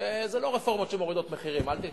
שזה לא רפורמות שמורידות מחירים, אל תטעו.